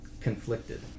conflicted